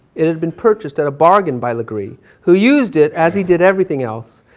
it had been purchased at a bargain by legree, who used it, as he did everything else,